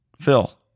Phil